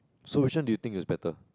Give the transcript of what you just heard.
so which one do you think is better